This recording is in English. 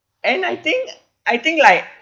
and I think I think like